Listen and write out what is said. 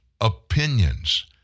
opinions